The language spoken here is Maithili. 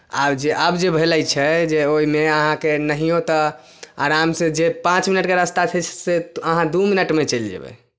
आब जे आब जे भेलै छै जे ओहिमे अहाँके नहिओ तऽ आरामसँ जे पाँच मिनटके रास्ता छै से अहाँ दू मिनटमे चलि जयबै